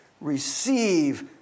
receive